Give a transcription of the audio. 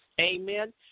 Amen